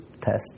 test